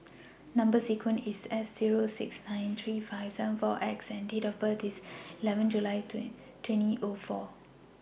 Number sequence IS S Zero six nine three five seven four X and Date of birth IS eleven July twenty O four